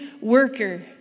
worker